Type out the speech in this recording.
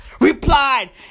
replied